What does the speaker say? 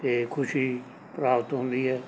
ਅਤੇ ਖੁਸ਼ੀ ਪ੍ਰਾਪਤ ਹੁੰਦੀ ਹੈ